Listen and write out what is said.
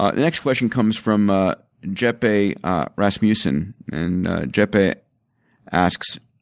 ah the next question comes from ah jepe rasmussen and jepe asks,